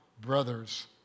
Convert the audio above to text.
brothers